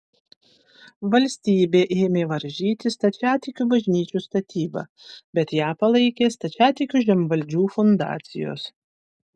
valstybė ėmė varžyti stačiatikių bažnyčių statybą bet ją palaikė stačiatikių žemvaldžių fundacijos